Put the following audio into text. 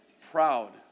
proud